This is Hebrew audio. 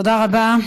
תודה רבה.